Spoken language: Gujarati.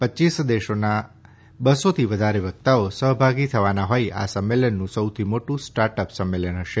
પચ્ચીસ દેશોનાં બસોથી વધારે વક્તાઓ સહભાગી થવાનાં હોઈ આ સંમેલનનું સૌથી મોટું સ્ટાર્ટઅપ સંમેલન હશે